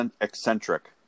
eccentric